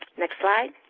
next slide,